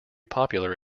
popular